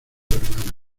hermana